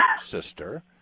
sister